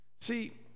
see